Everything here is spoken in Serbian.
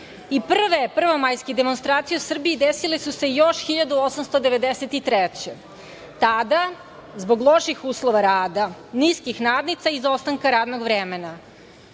Prve prvomajske demonstracije u Srbije desile su se još 1893. godine. Tada zbog loših uslova rada, niskih nadnica i izostanka radnog vremena.